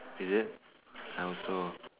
is it I also